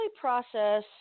process